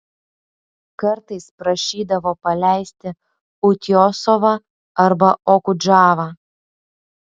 kartais prašydavo paleisti utiosovą arba okudžavą